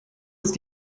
ist